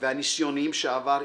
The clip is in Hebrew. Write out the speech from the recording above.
והניסיוניים שעבר,